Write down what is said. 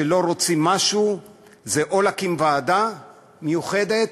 כשלא רוצים משהו זה או "להקים ועדה מיוחדת",